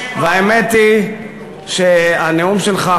והאמת היא שהנאום שלך,